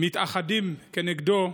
מתאחדים כנגדו,